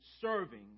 serving